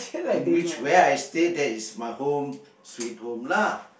in which where I stay that is my home sweet home lah